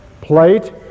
plate